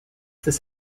this